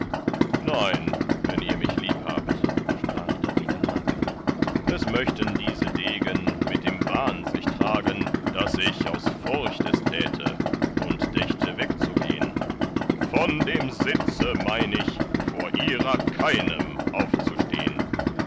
nein wenn ihr mich lieb habt sprach dawider hagen es möchten diese degen mit dem wahn sich tragen daß ich aus furcht es täte und dächte wegzugehn von dem sitze mein ich vor ihrer keinem aufzustehn